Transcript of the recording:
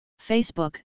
Facebook